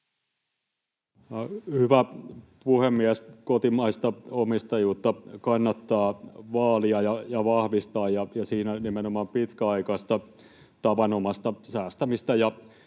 Hyvä puhemies! Kotimaista omistajuutta kannattaa vaalia ja vahvistaa ja siinä nimenomaan pitkäaikaista, tavanomaista säästämistä